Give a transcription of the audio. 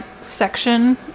section